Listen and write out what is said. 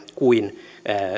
kuin